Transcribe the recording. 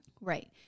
right